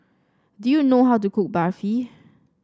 do you know how to cook Barfi